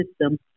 system